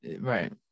Right